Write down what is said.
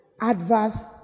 adverse